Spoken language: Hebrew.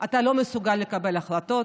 אתה לא מסוגל לקבל החלטות,